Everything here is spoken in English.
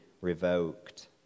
revoked